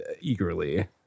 eagerly